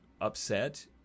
upset